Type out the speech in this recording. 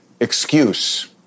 excuse